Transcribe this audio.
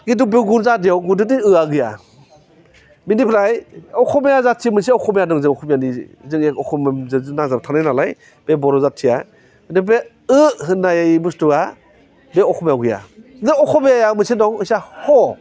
खिन्थु बेयाव गुबुन जाथियाव मुथुथे ओआनो गैया बिनिफ्राय अस'मिया जाथि मोनसे अस'मिया दं जों अस'मियानि जों अस'मियाजों नांजाबना थानाय नालाय बे बर' जाथिया माने बे ओ होन्नाय बुस्थुया बे अस'मियाआव गैया खिन्थु अस'मियाया मोनसे दं मोनसे ह